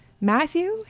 Matthew